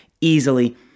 easily